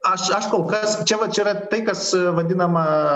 aš aš kol kas čia va čia yra tai kas vadinama